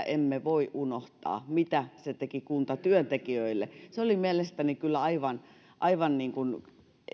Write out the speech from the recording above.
emme voi unohtaa mitä se teki kuntatyöntekijöille se oli mielestäni kyllä aivan aivan niin kuin